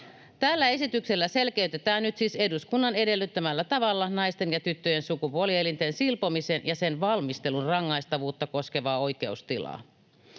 Tällä esityksellä selkeytetään nyt siis eduskunnan edellyttämällä tavalla naisten ja tyttöjen sukupuolielinten silpomisen ja sen valmistelun rangaistavuutta koskevaa oikeustilaa.